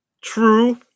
true